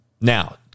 Now